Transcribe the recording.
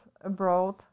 abroad